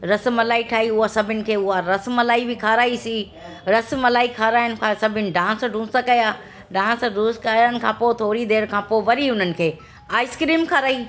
रस मलाई ठाही उहा सभिनि खे उहा रस मलाई बि खाराईसीं रस मलाई खाराइण खां सभिनि डांस डूंस कयां डांस डूंस करण खां पोइ थोरी देरि खां पोइ वरी उन्हनि खे आईस्क्रीम खाराई